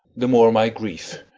the more my grief.